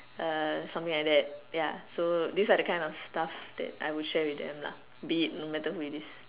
uh something like that ya so these are the kind of stuffs that I would share with them lah be it no matter who it is